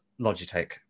Logitech